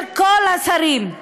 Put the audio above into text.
כל השרים,